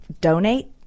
donate